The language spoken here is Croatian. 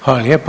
Hvala lijepo.